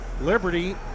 Liberty